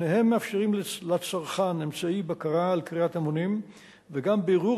שניהם מאפשרים לצרכן אמצעי בקרה על קריאת המונים וגם בירור